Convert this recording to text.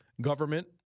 government